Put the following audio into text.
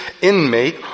inmate